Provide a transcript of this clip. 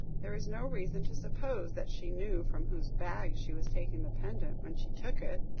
there is no reason to suppose that she knew from whose bag she was taking the pendant, when she took it.